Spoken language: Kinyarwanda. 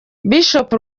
bishop